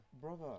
brother